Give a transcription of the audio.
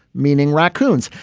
meaning raccoons.